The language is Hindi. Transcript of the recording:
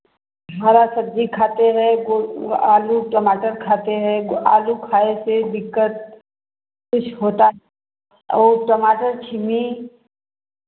हरा सब्ज़ी खाते हैं गो आलू टमाटर खाते हैं आलू खाए से दिक्कत कुछ होता वह टमाटर छीलने